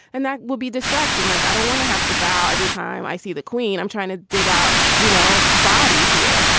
and that will be distracting. like, i don't want to have to battle every time i see the queen. i'm trying to dig out, you know, bodies here.